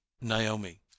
Naomi